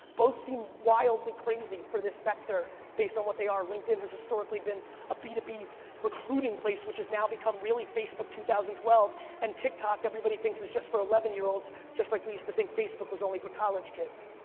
both seem wildly crazy for this sector based on what they are. linkedin has historically been a b two b recruiting place which has now become really facebook two thousand and twelve and tik tok everybody thinks is just for eleven year olds, just like we used to think facebook was only for college kids.